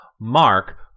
mark